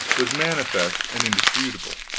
was manifest and indisputable